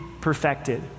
perfected